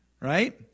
Right